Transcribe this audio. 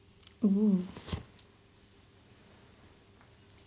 !woo!